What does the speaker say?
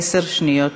עשר שניות.